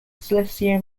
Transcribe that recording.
celestial